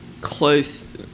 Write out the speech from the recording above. close